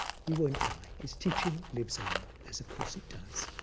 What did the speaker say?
he won't die. his teaching lives on, as of course it does.